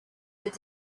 but